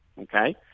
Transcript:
Okay